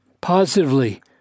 positively